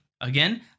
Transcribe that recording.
again